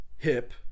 Hip